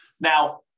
Now